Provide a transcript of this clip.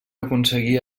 aconseguia